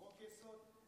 חוק-יסוד.